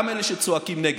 גם אלה שצועקים נגד.